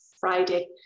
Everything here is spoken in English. Friday